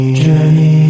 journey